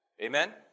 Amen